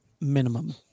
minimum